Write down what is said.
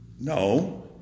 No